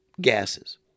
gases